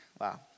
Wow